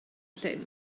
llyn